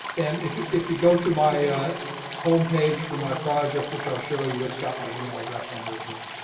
and if if you go to my homepage for my project, which i'll show you. it's got my email address on there as well.